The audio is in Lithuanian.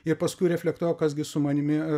jie paskui reflektuoja o kas gi su manimi